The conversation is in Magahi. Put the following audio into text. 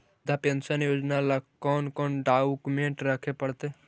वृद्धा पेंसन योजना ल कोन कोन डाउकमेंट रखे पड़तै?